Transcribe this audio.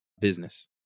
business